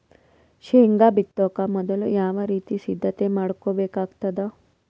ಶೇಂಗಾ ಬಿತ್ತೊಕ ಮೊದಲು ಯಾವ ರೀತಿ ಸಿದ್ಧತೆ ಮಾಡ್ಬೇಕಾಗತದ?